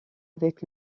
avec